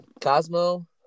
Cosmo